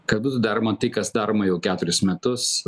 kad būtų daroma tai kas daroma jau keturis metus